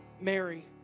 Mary